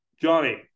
Johnny